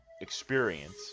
experience